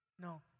no